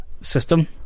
system